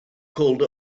called